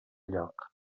lloc